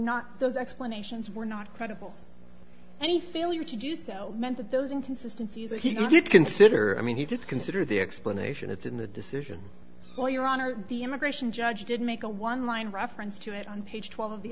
not those explanations were not credible any failure to do so meant that those inconsistency as he did consider i mean he did consider the explanation it's in the decision well your honor the immigration judge did make a one line reference to it on page twelve of the